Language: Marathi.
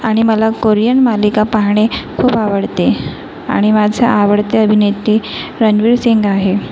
आणि मला कोरिअन मालिका पाहणे खूप आवडते आणि माझे आवडते अभिनेते रणवीर सिंग आहे